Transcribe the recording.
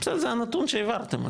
זה הנתון שהעברתם,